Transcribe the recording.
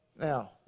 now